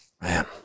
Man